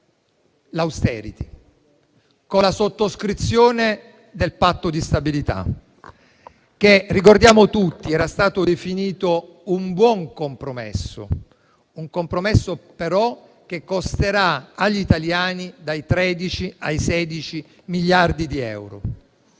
l'*austerity,* con la sottoscrizione del Patto di stabilità, che - lo ricordiamo tutti - era stato definito un buon compromesso, che però costerà agli italiani dai 13 ai 16 miliardi di euro.